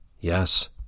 Yes